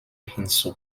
hinzu